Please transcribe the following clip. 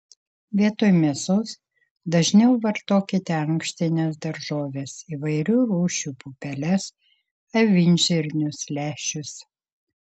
vietoj mėsos dažniau vartokite ankštines daržoves įvairių rūšių pupeles avinžirnius lęšius